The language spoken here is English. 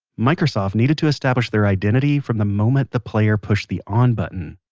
microsoft needed to establish their identity from the moment the player pushed the on button